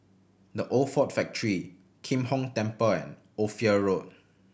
The Old Ford Factory Kim Hong Temple and Ophir Road